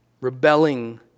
Rebelling